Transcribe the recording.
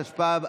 התשפ"ב.